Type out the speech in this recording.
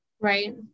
Right